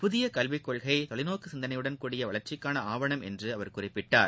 புதிய கல்விக் கொள்கை தொலை நோக்கு சிந்தனையுடன் கூடிய வளர்ச்சிக்கான ஆவணம் என்று அவர் குறிப்பிட்டார்